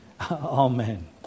Amen